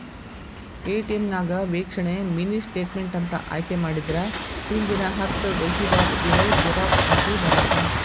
ATM ನ್ಯಾಗ ವೇಕ್ಷಣೆ mini statement ಅಂತ ಆಯ್ಕೆ ಮಾಡಿದ್ರ ಹಿಂದಿನ ಹತ್ತ ವಹಿವಾಟ್ ಇರೋ ಜೆರಾಕ್ಸ್ ಕಾಪಿ ಬರತ್ತಾ